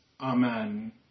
Amen